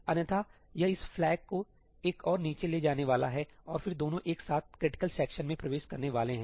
अन्यथा यह इस फ्लैग को एक और नीचे ले जाने वाला है और फिर दोनों एक साथ क्रिटिकल सेक्शन में प्रवेश करने वाले हैं